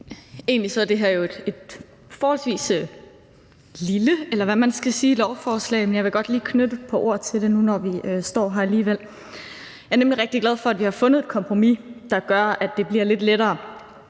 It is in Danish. Egentlig er det her jo et forholdsvis lille lovforslag, men jeg vil godt lige knytte et par ord til det nu, hvor vi står her alligevel. Jeg er nemlig rigtig glad for, at vi har fundet et kompromis, der gør, at det bliver lidt lettere